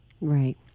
right